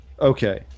Okay